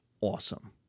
awesome